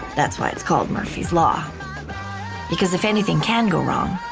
that's why it's called murphy's law because if anything can go wrong,